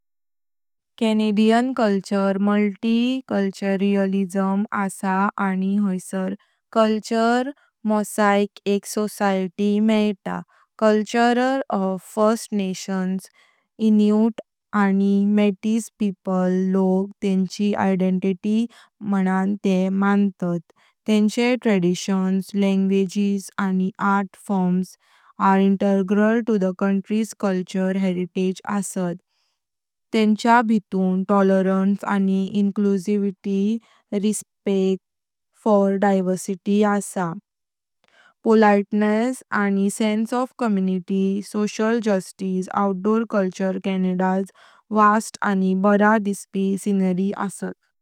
कॅनेडियन संस्कृति मल्टीकल्चरलिझम असा आणि हायसार "कल्चरल मोझैक" एक सोसाएटी मेईता। फर्स्ट नेशन्स, इनुइट, आणि मेटीस लोकांची संस्कृती तेंची ओळख मानून ते म्हणतात। तेंची परंपरा, भाषा, आणि कला स्वरूप देशाच्या सांस्कृतिक वारश्यात महत्त्वाचा भाग आहेत। तेंच्या भितून टोलरंस आणि इन्क्लूसिविटी। विविधतेबद्दल आदर। विनम्रता आणि समुदायाची जाणीव। सामाजिक न्याय। आउटडोर संस्कृति कॅनडाचं विशाल आणि बारा दिसपी दृश्य आहेत।